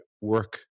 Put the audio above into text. work